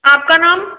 आपका नाम